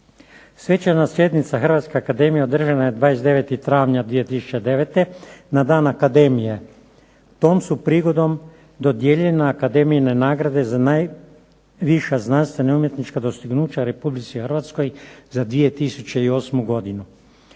Svečana sjednica Hrvatske akademije održana je 29. travnja 2009. na Dan Akademije. Tom su prigodom dodijeljene akademijine nagrade za najviša znanstvena i umjetnička dostignuća Republici Hrvatskoj za 2008. godinu.